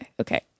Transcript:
okay